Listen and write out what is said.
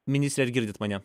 ministre ar girdit mane